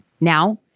Now